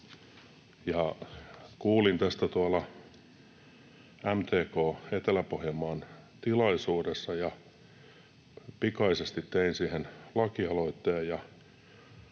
Kuulin tästä tuolla MTK-Etelä-Pohjanmaan tilaisuudessa, ja pikaisesti tein siihen lakialoitteen.